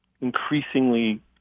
increasingly